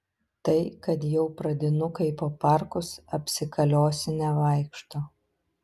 tai kad jau pradinukai po parkus apsikaliosinę vaikšto